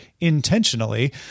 intentionally